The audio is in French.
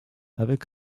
avec